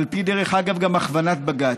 דרך אגב, גם על פי הכוונת בג"ץ: